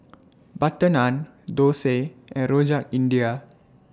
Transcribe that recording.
Butter Naan Thosai and Rojak India